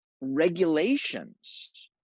regulations